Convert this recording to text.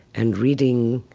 and reading,